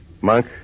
Monk